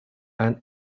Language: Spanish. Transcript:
and